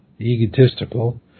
egotistical